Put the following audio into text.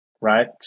right